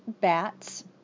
bats